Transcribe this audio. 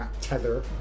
tether